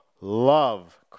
love